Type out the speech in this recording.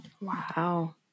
Wow